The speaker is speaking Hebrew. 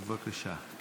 בבקשה.